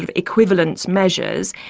um equivalent measures.